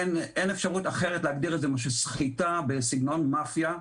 אין דרך אחרת להגדיר את זה מלבד סחיטה בסגנון מאפיה.